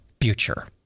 future